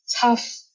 tough